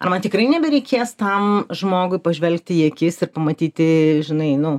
arba man tikrai nebereikės tam žmogui pažvelgti į akis ir pamatyti žinai nu